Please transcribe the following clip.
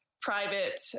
private